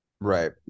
Right